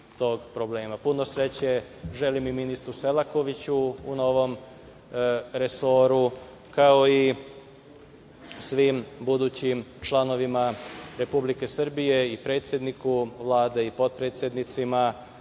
sreće želim i ministru Selakoviću u novom resoru, kao i svim budućim članovima Republike Srbije i predsedniku Vlade i potpredsednicima